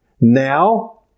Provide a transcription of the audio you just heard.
now